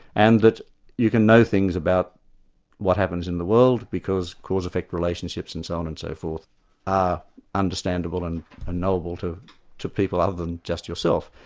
and that you can know things about what happens in the world because cause-effect relationships and so on and so forth are understandable and knowable to to people other than just yourself.